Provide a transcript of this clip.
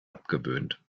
abgewöhnt